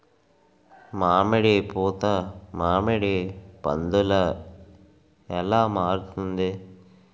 మామిడి పూత మామిడి పందుల ఎలా మారుతుంది?